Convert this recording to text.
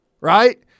right